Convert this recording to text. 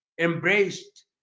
embraced